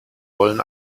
wollen